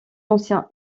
ancien